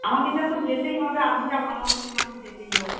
আমাকে যখন যেতেই হবে আপনি যা ভাড়া বলবেন আমাকে যেতেই হবে